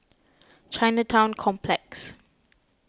Chinatown Complex